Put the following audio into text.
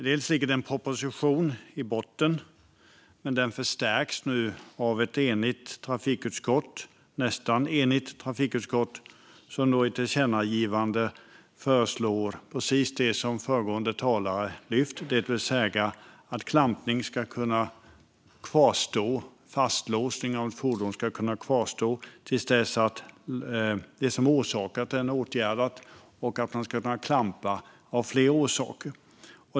Det ligger en proposition i botten, men den förstärks av att ett nästan enigt trafikutskott föreslår ett tillkännagivande enligt precis det som föregående talare lyfte upp, nämligen att klampning - det vill säga fastlåsning av ett fordon - ska kunna kvarstå till dess att det som orsakat klampningen är åtgärdat. Man ska också kunna klampa av fler orsaker.